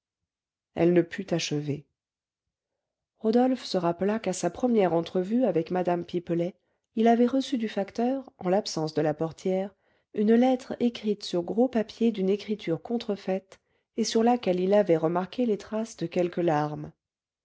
elle ne put achever rodolphe se rappela qu'à sa première entrevue avec mme pipelet il avait reçu du facteur en l'absence de la portière une lettre écrite sur gros papier d'une écriture contrefaite et sur laquelle il avait remarqué les traces de quelques larmes